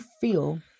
feel